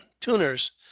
tuners